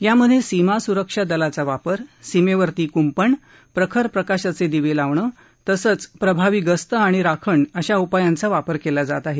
यामधे सीमा सुरक्षा दलाचा वापर सीमेवर कुंपण प्रखर प्रकाशाचे दिवे लावणं तसंच प्रभावी गस्त आणि राखण करणं अशा उपायांचा वापर केला जात आहे